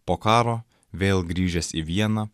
po karo vėl grįžęs į vieną